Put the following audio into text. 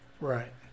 right